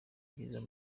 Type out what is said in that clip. byiza